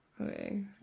Okay